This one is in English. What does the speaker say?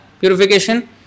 purification